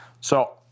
So-